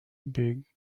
big